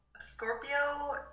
Scorpio